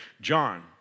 John